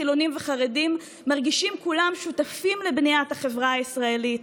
חילונים וחרדים מרגישים כולם שותפים לבניית החברה הישראלית,